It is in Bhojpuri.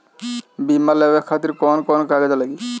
बीमा लेवे खातिर कौन कौन से कागज लगी?